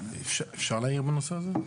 אפשר להעיר בנושא הזה?